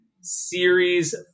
series